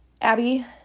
Abby